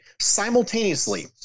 simultaneously